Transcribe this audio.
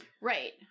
Right